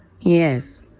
Yes